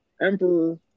emperor